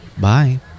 Bye